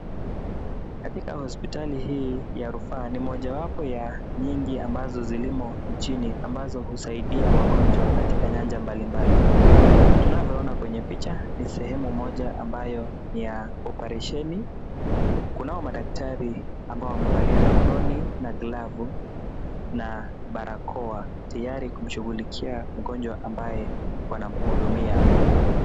Katika hospitali hii ya rufaa ni moja wapo ya nyingi ambazo zilimo nchini ambazo husaidia wagonjwa katika nyaja mbali mbali, tunavyoona kwenye picha ni sehemu moja ambayo ni ya oparesheni kunayo madakatari ambayo wamevalia aproni na glavu na barakoa tayari kumshughulikia mgonjwa ambaye wanamuhudumia.